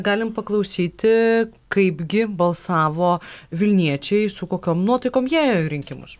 galim paklausyti kaipgi balsavo vilniečiai su kokiom nuotaikom jie ėjo į rinkimus